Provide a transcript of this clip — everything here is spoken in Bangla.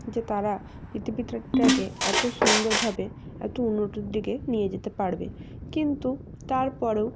যে তারা পৃথিবীটাকে এতো সুন্দরভাবে এতো উন্নতির দিকে নিয়ে যেতে পারবে কিন্তু তারপরেও